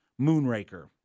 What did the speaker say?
Moonraker